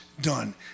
done